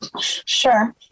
sure